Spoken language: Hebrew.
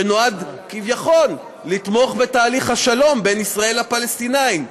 שנועד כביכול לתמוך בתהליך השלום בין ישראל לפלסטינים,